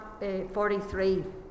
43